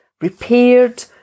repaired